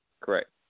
correct